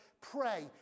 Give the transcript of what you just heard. pray